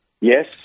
Yes